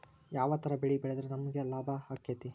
ಯಾವ ತರ ಬೆಳಿ ಬೆಳೆದ್ರ ನಮ್ಗ ಲಾಭ ಆಕ್ಕೆತಿ?